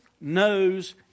knows